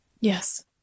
Yes